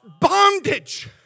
bondage